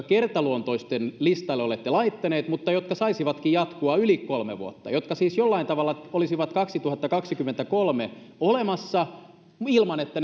kertaluontoisten listalle olette laittaneet mutta jotka saisivatkin jatkua yli kolme vuotta ja jotka siis jollain tavalla olisivat vuonna kaksituhattakaksikymmentäkolme olemassa ilman että